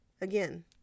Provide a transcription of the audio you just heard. again